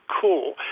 cool